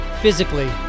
physically